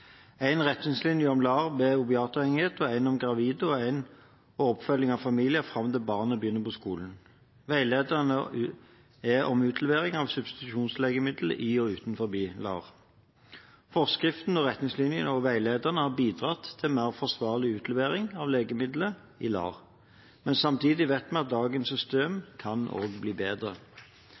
retningslinje om LAR ved opioidavhengighet og én om gravide og oppfølging av familien fram til barnet begynner på skolen. Veilederen er om utlevering av substitusjonslegemiddel i og utenfor LAR. Forskriften og retningslinjene og veilederen har bidratt til en mer forsvarlig utlevering av legemidler i LAR, men samtidig vet vi at dagens system kan bli bedre.